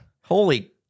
Holy